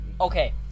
Okay